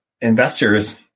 investors